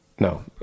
No